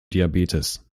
diabetes